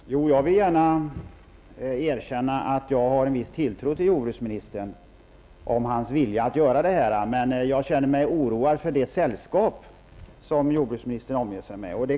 Herr talman! Jag vill gärna erkänna att jag har en viss tilltro till jordbruksministern när det gäller hans vilja härvidlag. Men jag känner mig oroad för det sällskap som jordbruksministern omger sig med.